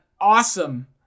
awesome